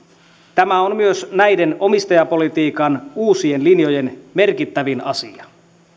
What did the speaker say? tämä on myös näiden omistajapolitiikan uusien linjojen merkittävin asia